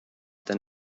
than